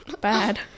bad